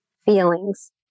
feelings